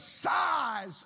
size